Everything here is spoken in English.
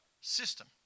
system